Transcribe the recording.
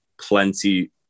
plenty